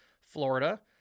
Florida